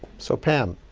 so pam,